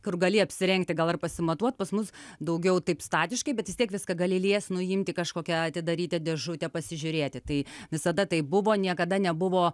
kur gali apsirengti gal ar pasimatuot pas mus daugiau taip statiškai bet vis tiek viską gali liest nuimti kažkokią atidaryti dėžutę pasižiūrėti tai visada taip buvo niekada nebuvo